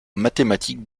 mathématique